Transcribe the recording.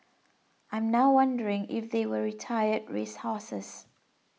I'm now wondering if they were retired race horses